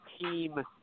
team